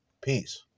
Peace